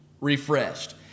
refreshed